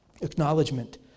acknowledgement